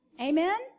Amen